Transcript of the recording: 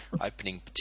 opening